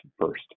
first